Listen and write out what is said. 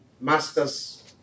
master's